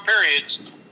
periods